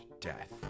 death